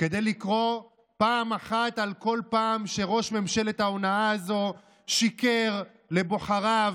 כדי לקרוא פעם אחת על כל פעם שראש ממשלת ההונאה הזו שיקר לבוחריו,